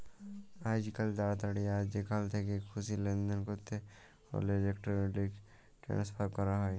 আইজকাল তাড়াতাড়ি আর যেখাল থ্যাকে খুশি লেলদেল ক্যরতে হ্যলে ইলেকটরলিক টেনেসফার ক্যরা হয়